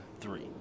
three